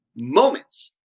moments